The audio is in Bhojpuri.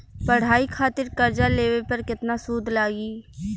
पढ़ाई खातिर कर्जा लेवे पर केतना सूद लागी?